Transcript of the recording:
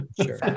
Sure